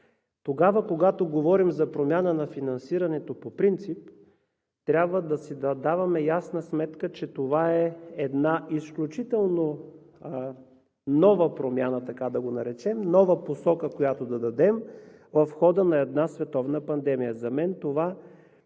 Когато говорим за промяна на финансирането по принцип, трябва да си даваме ясна сметка, че това е изключително нова промяна, така да я наречем, нова посока, която да дадем в хода на една световна пандемия.